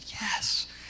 yes